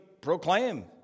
proclaim